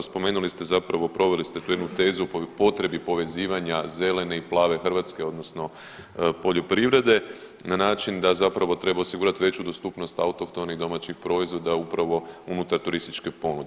Spomenuli ste zapravo proveli ste tu jednu tezu o potrebi povezivanja zelene i plave Hrvatske odnosno poljoprivrede na način da zapravo treba osigurati veću dostupnost autohtonih domaćih proizvoda upravo unutar turističke ponude.